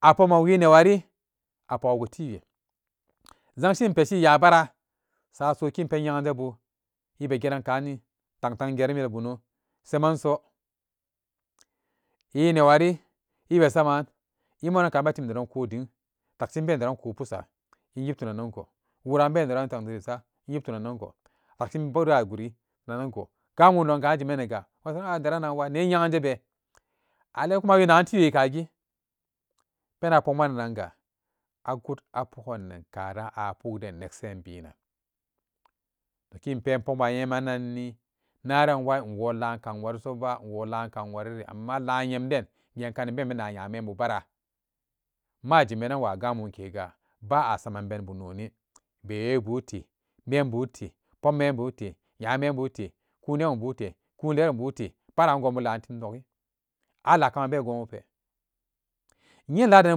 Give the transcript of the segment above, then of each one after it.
A pokman wi newari a pok a gu tiwe zangshin peshi ɛ yabara sa sokirn pen nyeganje bu ɛ be geran kani tang tang gerum ɛ bono seman so loi newari ibe samaan ɛ morankan inbetim nedon ko ding takshin inb e neran ko pisa in yib tuna nan go wuran inbe neran tenshi isa inyib tunanango takshin inbe ba guri tunannago kan pendon jimaniye ɛ saranan daranwa ne nyeganjebe alhalin kuma wi nagan tiwe kagi penan a pokmanananga a gut a poganan karan a puk den neksen binan nokhin inpe in pok a nyemenanni naran wa in wo laan kam wariso ba inwo laan kamwariri amma laan yemden ken kanin ben na nyamembu bara ma jimanan wa gamumkega ba'a samu man beni bum noni bewe bu te membute pop membu te nya membu te kun neunbu te paran gonbu lan tim nokhi an ala kaman be gonbu pe no inladeni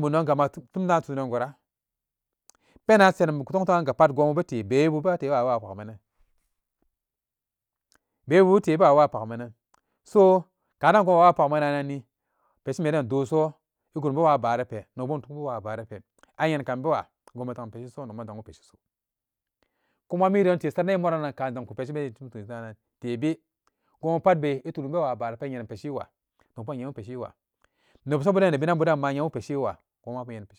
beudonga ma tunum dan tunan goora penan senum tongto'anga pat gonbu bete bewe bu bete ɛ wapugumanan bewe bu te ɛ bewa wapagumanan so kaden kongu ɛ wa wapagumananni peshi den doso ɛ gurum be wa baara pe nokbo in tunbu wa baara pe a yenkan bewa gonbu za'um peshi so nokma in zangbu peshi so kuma midon te saranan ɛ morannan in zanku peshi benan tebe gonbu pat be ɛ tunum bewa baara pe ɛ yenum peshi wa nokhbo in yenbu peshi wa ne wobsabuden ne binan bu beden inye bu peshi wa.